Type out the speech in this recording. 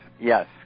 yes